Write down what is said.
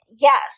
Yes